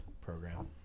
program